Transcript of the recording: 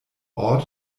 ort